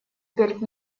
перед